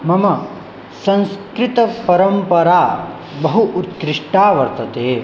मम संस्कृतपरम्परा बहु उत्कृष्टा वर्तते